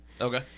Okay